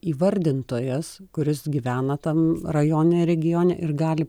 įvardintojas kuris gyvena tam rajone regione ir gali